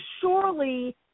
surely